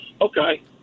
Okay